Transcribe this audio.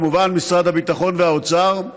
כמובן עם משרד הביטחון ומשרד האוצר,